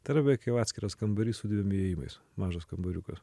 tai yra beveik jau atskiras kambarys su dviem įėjimais mažas kambariukas